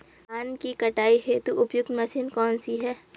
धान की कटाई हेतु उपयुक्त मशीन कौनसी है?